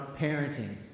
parenting